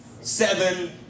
seven